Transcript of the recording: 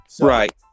Right